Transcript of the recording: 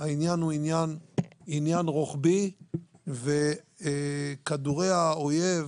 העניין הוא עניין רוחבי וכדורי האויב